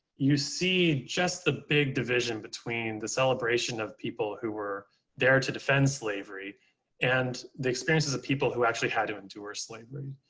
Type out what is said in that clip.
you see just the big division between the celebration of people who were there to defend slavery and the experiences of people who actually had to endure slavery.